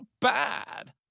bad